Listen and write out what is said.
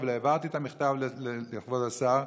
אבל העברתי את המכתב לכבוד השר.